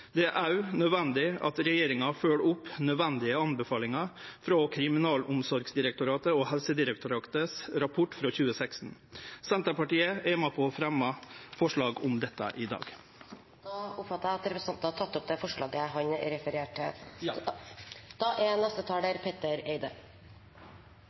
Det er òg nødvendig at regjeringa følgjer opp nødvendige anbefalingar frå Kriminalomsorgsdirektoratet og Helsedirektoratets rapport frå 2016. Senterpartiet er med på å fremje forslag om dette i dag. Da oppfattet jeg at representanten har tatt opp det forslaget han refererte til? Ja. Da